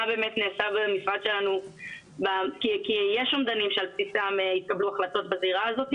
יש אומדנים שעל פיהם התקבלו החלטות בזירה הזאת.